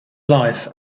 life